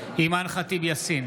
אימאן ח'טיב יאסין,